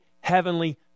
heavenly